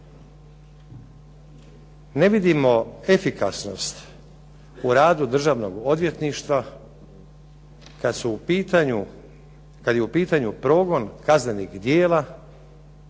Ne vidimo efikasnost u radu Državnog odvjetništva kada je u pitanju progon kaznenih djela